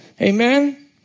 Amen